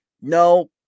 no